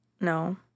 No